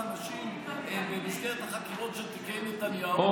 אנשים במסגרת החקירות של תיקי נתניהו,